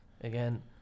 again